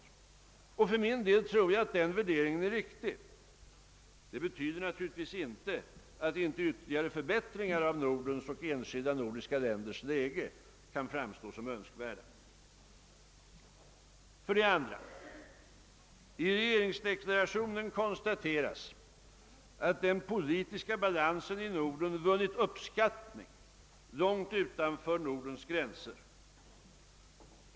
För min del tror jag att den värderingen är riktig. Det betyder naturligtvis inte att inte ytterligare förbättringar av Nordens och enskilda nordiska länders läge kan framstå som önskvärda. 2. I regeringsdeklarationen konstateras att den politiska balansen i Norden vunnit uppskattning långt utanför Nordens gränser.